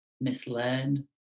misled